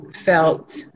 felt